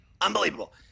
Unbelievable